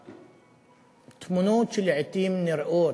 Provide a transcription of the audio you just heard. והתמונות שלעתים נראות,